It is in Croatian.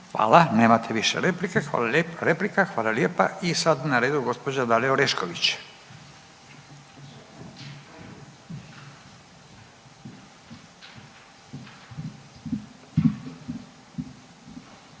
Hvala, nemate više replika hvala lijepa. I sada je na redu na gospođa Vesna Bedeković.